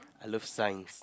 I love science